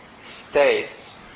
states